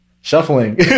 shuffling